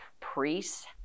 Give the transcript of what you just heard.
priests